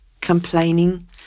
complaining